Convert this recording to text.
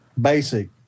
basic